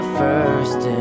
first